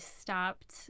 stopped